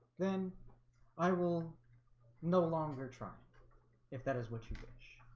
then i will no longer try if that is what you wish